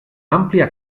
àmplia